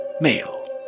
male